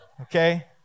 Okay